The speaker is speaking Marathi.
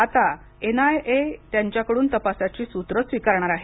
आता एन आय ए त्यांच्याकडून तपासाची सूत्रे स्वीकारणार आहे